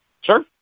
Sure